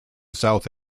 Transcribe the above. south